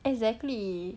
exactly